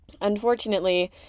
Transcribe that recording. Unfortunately